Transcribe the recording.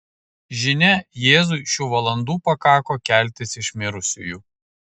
žinia jėzui šių valandų pakako keltis iš mirusiųjų